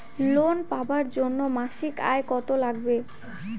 Loan পাবার জন্যে মাসিক আয় কতো লাগবে?